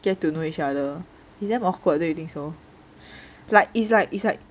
get to know each other it's damn awkward don't you think so like it's like it's like